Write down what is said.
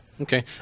Okay